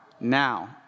now